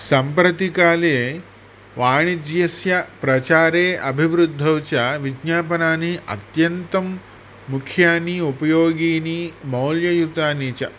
सम्प्रतिकाले वाणिज्यस्य प्रचारे अभिवृद्धौ च विज्ञापनानि अत्यन्तं मुख्यानि उपयोगिनि मौल्ययुतानि च